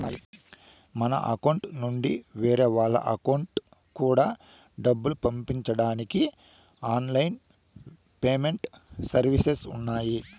మన అకౌంట్ నుండి వేరే వాళ్ళ అకౌంట్ కూడా డబ్బులు పంపించడానికి ఆన్ లైన్ పేమెంట్ సర్వీసెస్ ఉన్నాయి